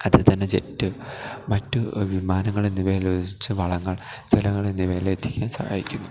അതിൽ തന്നെ ജെറ്റ് മറ്റു വിമാനങ്ങൾ എന്നിവയെല്ലാം ഉപയോഗിച്ച് വളങ്ങൾ ജലം എന്നിവയെല്ലാം എത്തിക്കാൻ സഹായിക്കുന്നു